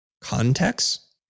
context